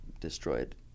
destroyed